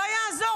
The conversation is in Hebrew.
לא יעזור.